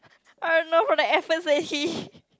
I don't know from the efforts that he